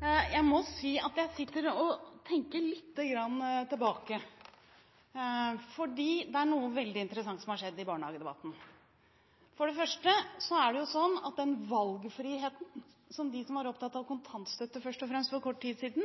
Jeg må si at jeg sitter og tenker litt tilbake, for det er noe veldig interessant som har skjedd i barnehagedebatten. For det første er det sånn at denne valgfriheten som de som for kort tid siden først og fremst var opptatt av kontantstøtte,